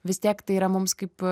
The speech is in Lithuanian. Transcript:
vis tiek tai yra mums kaip